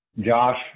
josh